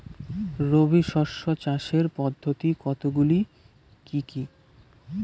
রবি শস্য চাষের পদ্ধতি কতগুলি কি কি?